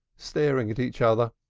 staring at each other.